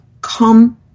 come